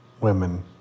women